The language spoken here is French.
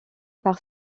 par